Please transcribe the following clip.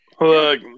Look